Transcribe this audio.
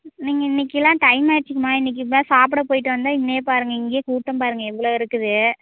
நீங்கள் இன்றைக்கிலாம் டைம் ஆயிடுச்சுங்கம்மா இன்றைக்கி இப்போதான் சாப்பிட போயிட்டு வந்தேன் இனிமேல் பாருங்க இங்கையே கூட்டம் பாருங்க எவ்வளோ இருக்குது